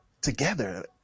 together